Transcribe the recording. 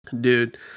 Dude